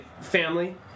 family